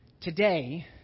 Today